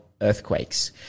Earthquakes